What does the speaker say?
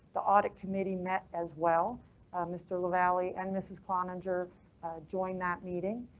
the audit committee met as well mr lavalley and mrs. cloninger joined that meeting,